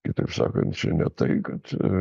kitaip sakant čia ne tai kad